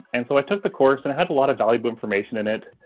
and so i took the course and i had a lot of valuable information in it.